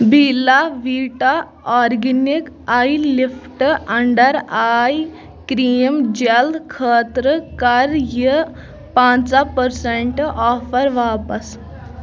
Bella Vita organic eye lift under eye cream gel خٲطرٕ کَر یہِ پَنٛژاہ پٔرسنٹ آفر واپس